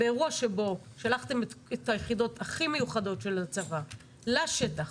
באירוע שבו שלחתם את היחידות הכי מיוחדות של הצבא לשטח